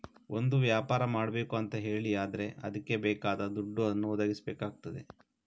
ಒಂದು ವ್ಯಾಪಾರ ಮಾಡ್ಬೇಕು ಅಂತ ಹೇಳಿ ಆದ್ರೆ ಅದ್ಕೆ ಬೇಕಾದ ದುಡ್ಡನ್ನ ಒದಗಿಸಬೇಕಾಗ್ತದೆ